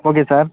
okay sir